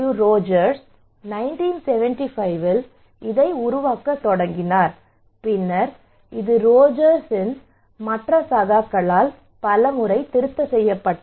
Rogers 1975 இல் இதை உருவாக்கத் தொடங்கினார் பின்னர் இது ரோஜர்ஸ் மற்ற சகாக்களால் திருத்தப்பட்டது